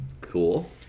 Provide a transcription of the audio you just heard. cool